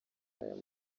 aya